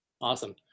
Awesome